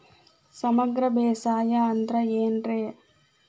ಸಮಗ್ರ ಬೇಸಾಯ ಅಂದ್ರ ಏನ್ ರೇ?